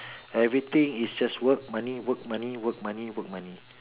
everything is just work money work money work money work money